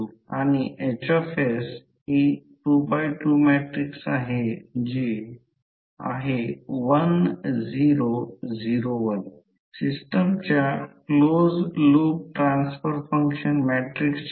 06 metre आणि A बाजू प्रत्येकी 2 सेंटीमीटर आहे म्हणजे 2 2 4 सेंटीमीटर स्क्वेअर जे 410 4 स्क्वेअर मीटरआहे